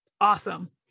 awesome